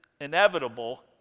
inevitable